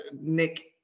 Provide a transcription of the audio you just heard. Nick